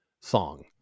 song